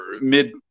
mid